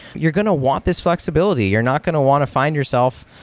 you're going to want this flexibility. you're not going to want to find yourself.